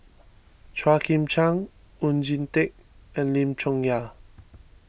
Chua Chim Kang Oon Jin Teik and Lim Chong Yah